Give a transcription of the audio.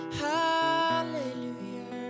hallelujah